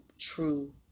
true